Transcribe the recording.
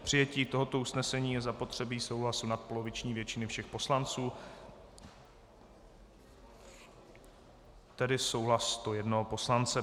K přijetí tohoto usnesení je zapotřebí souhlasu nadpoloviční většiny všech poslanců, tedy souhlas 101 poslance.